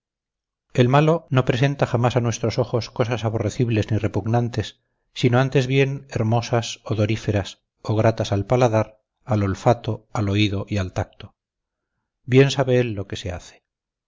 el malo no presenta jamás a nuestros ojos cosas aborrecibles ni repugnantes sino antes bien hermosas odoríferas o gratas al paladar al olfato al oído y al tacto bien sabe él lo que se hace